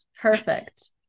perfect